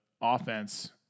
offense